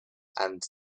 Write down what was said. and